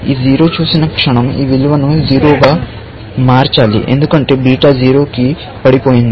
ఈ 0 చూసిన క్షణం ఈ విలువను 0 గా మార్చాలి ఎందుకంటే బీటా 0 కి పడిపోయింది